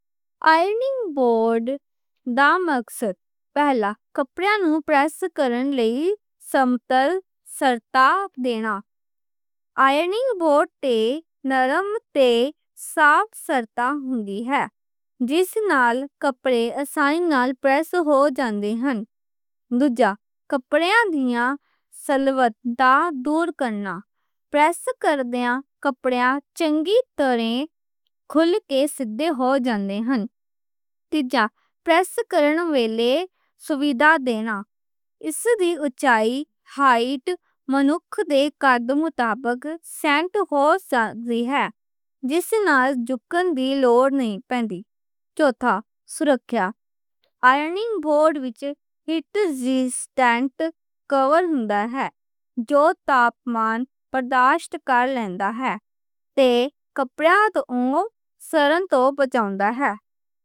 Ironing board دا مقصد۔ پہلا، کپڑیاں نوں پریس کرنے لئی ہموار سطح دینا۔ آئرننگ بورڈ تے نرم تے صاف سطح ہندی ہے۔ جس نال کپڑیاں آسانی نال پریس ہو جان دے ہیں۔ دوسرا، کپڑیاں دیاں سلوٹاں دا دور کرنا۔ پریس کردیاں، کپڑیاں چنگی طرح کھل کے سیدھے ہو جاندے ہیں۔ تیسرا، پریس کرنے ویلے سہولت دینا۔ اس دی اونچائی، قد، بندے دے قد مطابق سیٹ ہو جاندی ہے۔ جس نال جھکنے دی لوڑ نہیں پہن دی۔ چوتھا، سُرَکھیا، آئرننگ بورڈ وچ ہیٹ رِزیسٹنٹ کور ہوندا ہے۔ جو درجہ حرارت برداشت کر لیندا ہے۔ تے، کپڑیاں توں انگاں ساڑن توں بچاؤندا ہے۔